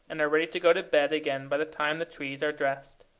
and are ready to go to bed again by the time the trees are dressed.